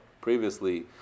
previously